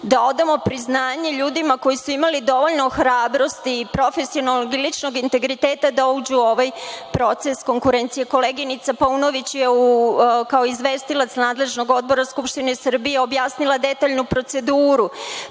da odamo priznanje ljudima koji su imali dovoljno hrabrosti i profesionalnog i ličnog integriteta da uđu u ovaj proces konkurencije. Koleginica Paunović je kao izvestilac nadležnog odbora Skupštine Srbije objasnila detaljnu proceduru.